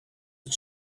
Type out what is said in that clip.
had